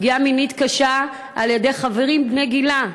פגיעה מינית קשה על-ידי חברים בני גילה.